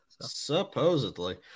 Supposedly